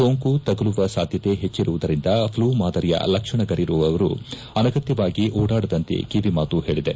ಸೋಂಕು ತಗುಲುವ ಸಾಧ್ಯತೆ ಹೆಚ್ಚಿರುವುದರಿಂದ ಫ್ಲೂ ಮಾದರಿಯ ಲಕ್ಷಣಗಳಿರುವವರು ಅನಗತ್ಭವಾಗಿ ಓಡಾಡದಂತೆ ಕಿವಿಮಾತು ಹೇಳಿದೆ